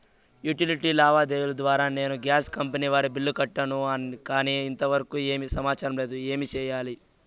Utility లావాదేవీల ద్వారా నేను గ్యాస్ కంపెని వారి బిల్లు కట్టాను కానీ ఇంతవరకు ఏమి సమాచారం లేదు, ఏమి సెయ్యాలి?